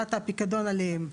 להטלת הפיקדון עליהם,